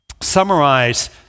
summarize